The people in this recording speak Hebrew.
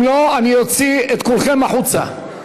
אם לא, אוציא את כולכם החוצה.